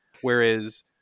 Whereas